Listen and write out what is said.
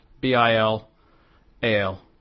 B-I-L-A-L